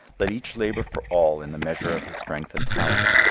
let each labor for all in the measure of his strength and talent.